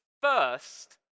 first